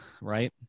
right